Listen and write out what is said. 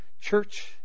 church